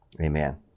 Amen